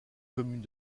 commune